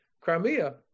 Crimea